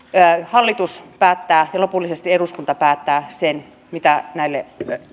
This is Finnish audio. hallitus päättää ja lopullisesti eduskunta päättää sen mitä näille